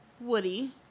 Woody